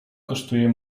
kosztuje